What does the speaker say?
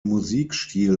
musikstil